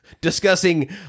discussing